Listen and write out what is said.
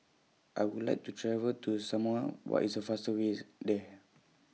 I Would like to travel to Samoa What IS The fastest Way IS There